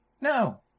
no